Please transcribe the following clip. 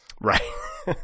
right